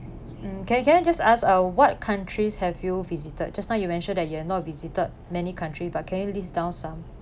can can I just ask uh what countries have you visited just now you mentioned that you have not visited many country but can you list down some